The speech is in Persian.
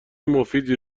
مفیدی